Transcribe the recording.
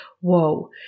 whoa